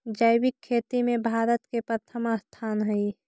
जैविक खेती में भारत के प्रथम स्थान हई